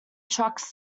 trucks